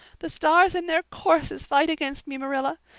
the stars in their courses fight against me, marilla.